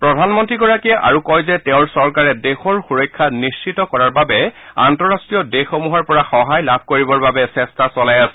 প্ৰধানমন্ত্ৰীগৰাকীয়ে আৰু কয় যে তেওঁৰ চৰকাৰে দেশৰ সুৰক্ষা নিশ্চিত কৰাৰ বাবে আন্তঃৰাষ্ট্ৰীয় দেশসমূহৰ পৰা সহায় লাভ কৰিবৰ বাবে চেষ্টা চলাই আছে